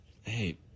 Hey